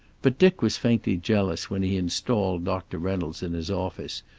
but dick was faintly jealous when he installed doctor reynolds in his office,